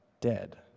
dead